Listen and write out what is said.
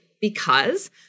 because-